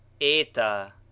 eta